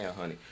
honey